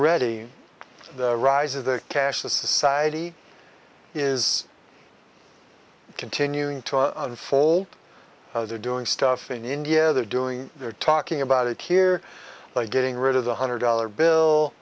ready to rise is the cash the society is continuing to unfold they're doing stuff in india they're doing they're talking about it here by getting rid of the hundred dollar bill